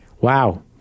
Wow